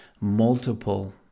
multiple